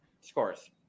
Scores